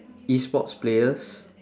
E sports players